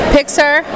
Pixar